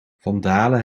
vandalen